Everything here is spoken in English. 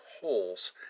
holes